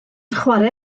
chwarae